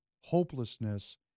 hopelessness